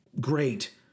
great